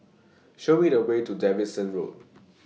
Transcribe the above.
Show Me The Way to Davidson Road